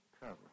cover